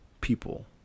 people